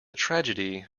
tragedy